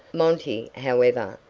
monty, however,